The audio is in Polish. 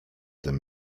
tym